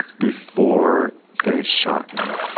before they shot you?